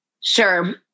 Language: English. Sure